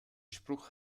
spruch